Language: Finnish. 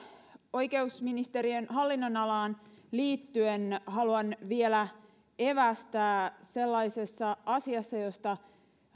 oikeusministeriön hallinnonalaan liittyen haluan vielä evästää sellaisessa asiassa josta